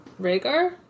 Rhaegar